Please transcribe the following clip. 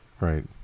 Right